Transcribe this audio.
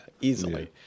Easily